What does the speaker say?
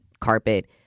carpet